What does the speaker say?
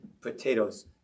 potatoes